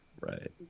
Right